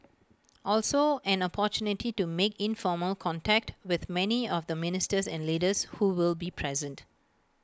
also an opportunity to make informal contact with many of the ministers and leaders who will be present